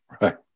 Right